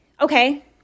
Okay